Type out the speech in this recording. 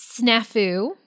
snafu